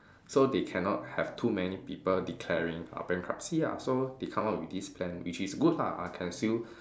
so they cannot have too many people declaring uh bankruptcy ah so they come up with this plan which is good lah I can still